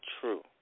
true